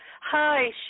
Hi